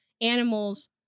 animals